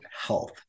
health